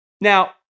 Now